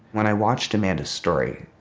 when i watched amanda's story,